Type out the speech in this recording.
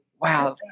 wow